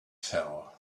fell